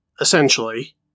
essentially